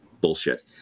bullshit